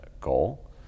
goal